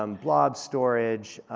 um blog storage,